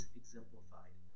exemplified